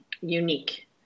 unique